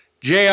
JR